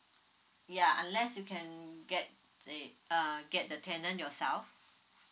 ya unless you can get the err get the tenant yourself